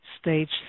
Stage